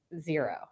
Zero